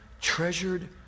treasured